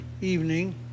evening